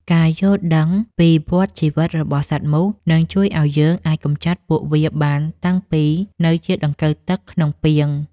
ការយល់ដឹងពីវដ្តជីវិតរបស់សត្វមូសនឹងជួយឱ្យយើងអាចកម្ចាត់ពួកវាបានតាំងពីនៅជាដង្កូវទឹកក្នុងពាង។